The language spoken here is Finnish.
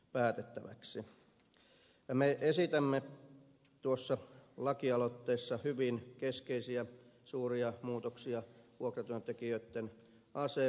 me esitämme tuossa lakialoitteessa hyvin keskeisiä suuria muutoksia vuokratyöntekijöitten asemaan